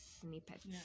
snippets